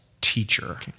teacher